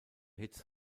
hits